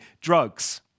drugs